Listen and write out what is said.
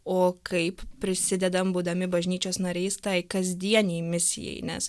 o kaip prisidedame būdami bažnyčios nariais tai kasdienei misijai nes